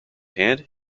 hand